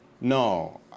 no